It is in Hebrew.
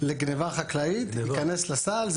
לגניבה חקלאית יכנס לסל.